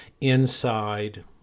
inside